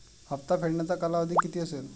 हप्ता फेडण्याचा कालावधी किती असेल?